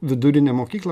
vidurinę mokyklą